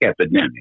epidemic